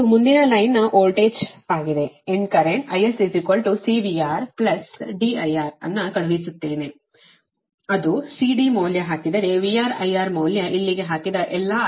ಇದು ಮುಂದಿನ ಲೈನ್ ನ ವೋಲ್ಟೇಜ್ ಆಗಿದೆ and current IS CVR D IR ಅನ್ನು ಕಳುಹಿಸುತ್ತೇನೆ ಅದು C D ಮೌಲ್ಯ ಹಾಕಿದರೆ VR IR ಮೌಲ್ಯ ಇಲ್ಲಿಗೇ ಹಾಕಿದ ಎಲ್ಲಾ IS ಅನ್ನು 0